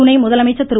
துணை முதலமைச்சர் திரு